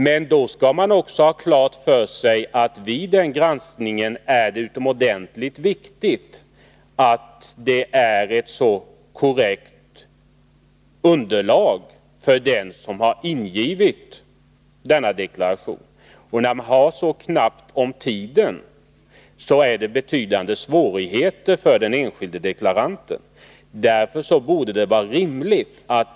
Men man måste ha klart för sig att det vid den granskningen är utomordentligt viktigt att underlaget för den deklaration som den enskilde har ingivit är så korrekt som möjligt. Då det är så knappt om tid innebär det betydande svårigheter för den enskilde deklaranten att uppfylla detta krav.